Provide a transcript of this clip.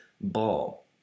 ball